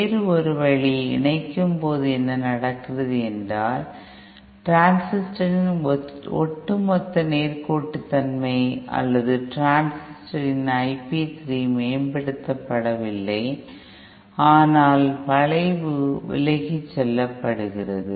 வேறு ஒரு வழி இணைக்கும்போது என்ன நடக்கிறது என்றால் டிரான்சிஸ்டரின் ஒட்டுமொத்த நேர்கோட்டுத்தன்மை அல்லது டிரான்சிஸ்டரின் I p 3 மேம்படுத்தப்படவில்லை ஆனால் வளைவு விலகிச் செல்லப்படுகிறது